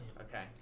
Okay